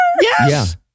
Yes